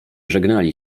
żegnali